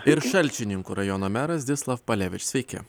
ir šalčininkų rajono meras zdzislav palevič sveiki